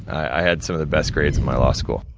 i had some of the best grades in my law school.